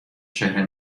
چهره